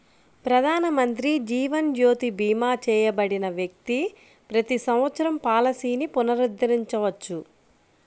ప్రధానమంత్రి జీవన్ జ్యోతి భీమా చేయబడిన వ్యక్తి ప్రతి సంవత్సరం పాలసీని పునరుద్ధరించవచ్చు